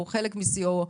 או חלק משיאו,